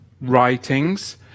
Writings